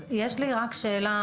אז יש לי רק שאלה,